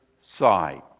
side